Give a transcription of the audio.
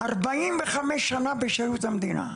45 שנה בשירות המדינה,